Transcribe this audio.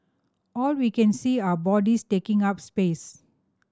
all we can see are bodies taking up space